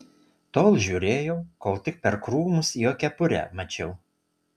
tol žiūrėjau kol tik per krūmus jo kepurę mačiau